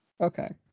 Okay